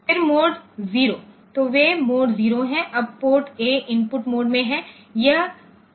फिर मोड 0 तो वे मोड 0 हैं अब पोर्ट ए इनपुट मोड में है